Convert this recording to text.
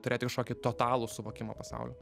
turėti kažkokį totalų suvokimą pasaulio